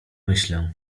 myślę